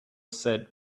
said